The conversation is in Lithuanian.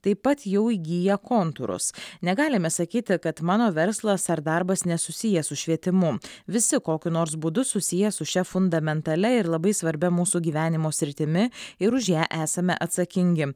taip pat jau įgyja kontūrus negalime sakyti kad mano verslas ar darbas nesusijęs su švietimu visi kokiu nors būdu susiję su šia fundamentalia ir labai svarbia mūsų gyvenimo sritimi ir už ją esame atsakingi